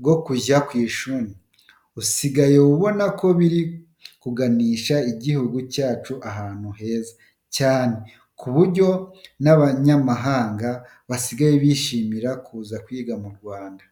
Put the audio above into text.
bwo kujya ku ishuri, usigaye ubona ko biri kuganisha igihugu cyacu ahantu heza cyane ku buryo n'abanyamahanga basigaye bishimira kuza kwiga mu Rwanda.